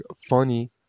funny